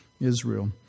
Israel